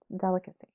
delicacy